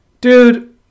dude